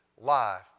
life